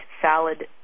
salad –